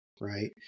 right